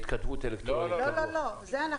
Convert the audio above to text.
אני אמרתי בתחילת הדיון שאחד השינויים המהותיים שנעשו בנוסח